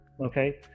okay